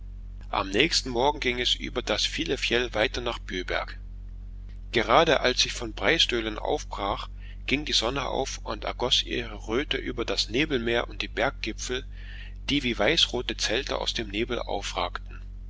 am nächsten morgen ging es über das filefjell weiter nach bjöberg gerade als ich von breistölen aufbrach ging die sonne auf und ergoß ihre röte über das nebelmeer und die berggipfel die wie weißrote zelte aus dem nebel aufragten